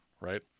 right